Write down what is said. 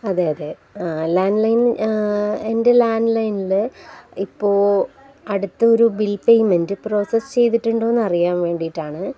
അതെ അതെ ലാൻഡ്ലൈൻ എൻ്റെ ലാൻഡ് ലൈനില് ഇപ്പോള് അടുത്തൊരു ബിൽ പേയ്മെന്റ് പ്രോസസ്സ് ചെയ്തിട്ടുണ്ടോ എന്ന് അറിയാൻ വേണ്ടിയിട്ടാണ്